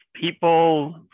people